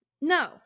No